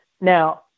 Now